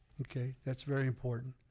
okay, that's very important.